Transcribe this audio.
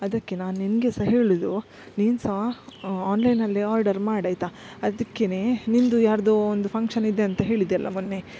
ಅದಕ್ಕೆ ನಾನು ನಿನಗೆ ಸಹ ಹೇಳೋದು ನೀನು ಸಹ ಆನ್ಲೈನಲ್ಲೇ ಆರ್ಡರ್ ಮಾಡು ಆಯ್ತಾ ಅದಕ್ಕೆ ನಿಂದು ಯಾರದೋ ಒಂದು ಫಂಕ್ಷನ್ ಇದೆ ಅಂತ ಹೇಳಿದೆಯಲ್ಲ ಮೊನ್ನೆ